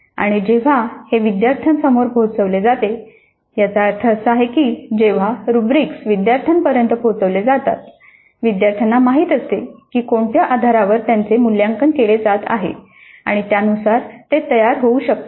आणि जेव्हा हे विद्यार्थ्यांसमोर पोहचवले जाते याचा अर्थ असा की जेव्हा रुब्रिक्स विद्यार्थ्यांपर्यंत पोहचवले जातात विद्यार्थ्यांना माहित असते की कोणत्या आधारावर त्यांचे मूल्यांकन केले जात आहे आणि त्यानुसार ते तयार होऊ शकतात